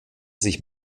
sich